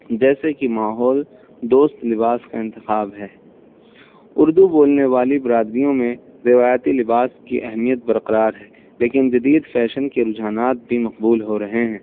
جیسے کہ ماحول دوست لباس کا انتخاب ہے اردو بولنے والی برادریوں میں روایتی لباس کی اہمیت برقرار ہے لیکن جدید فیشن کے رجحانات بھی مقبول ہو رہے ہیں